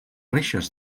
reixes